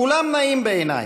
כולם נאים בעיניי,